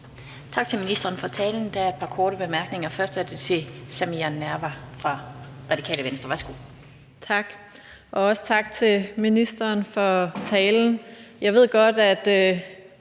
Tak til ministeren for talen. Der er et par korte bemærkninger. Først er det til Samira Nawa fra Radikale Venstre. Værsgo. Kl. 14:36 Samira Nawa (RV): Tak. Og også tak til ministeren for talen. Jeg ved godt, at